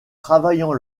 travaillant